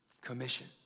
commission